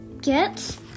Get